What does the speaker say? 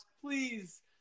Please